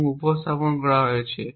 এবং উপস্থাপন করা হয়েছে